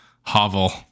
Hovel